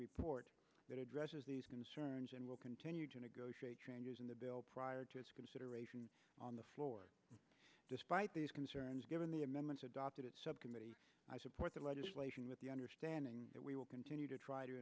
report that addresses these concerns and will continue to negotiate changes in the bill prior to its consideration on the floor despite these concerns given the amendments adopted at subcommittee i support the legislation with the understanding that we will continue to try to